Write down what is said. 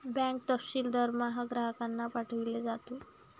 bank तपशील दरमहा ग्राहकांना पाठविला जातो